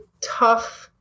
tough